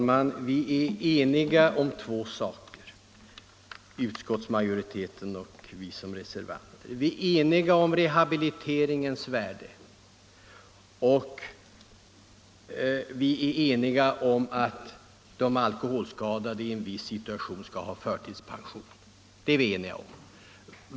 Herr talman! Utskottsmajoriteten och vi reservanter är överens om två saker: om rehabiliteringens värde och om att de alkoholskadade i en viss situation skall ha förtidspension.